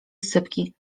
sypki